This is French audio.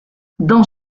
dans